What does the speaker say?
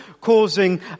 causing